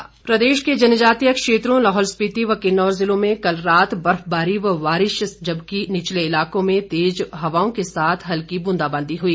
मौसम प्रदेश जनजातीय क्षेत्रों लाहौल स्पिति व किन्नौर जिलों में कल रात बर्फबारी व बारिश जबकि निचले इलाकों के तेज़ हवाओं के साथ हल्की बूंदाबांदी हुई